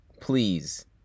please